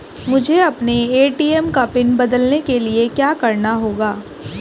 मुझे अपने ए.टी.एम का पिन बदलने के लिए क्या करना होगा?